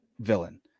villain